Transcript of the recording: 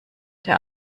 der